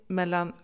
mellan